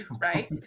right